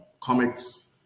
comics